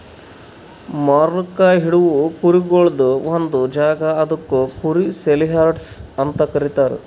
ಮಾರ್ಲುಕ್ ಇಡವು ಕುರಿಗೊಳ್ದು ಒಂದ್ ಜಾಗ ಅದುಕ್ ಕುರಿ ಸೇಲಿಯಾರ್ಡ್ಸ್ ಅಂತ ಕರೀತಾರ